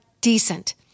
decent